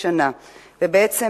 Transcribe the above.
ובעצם,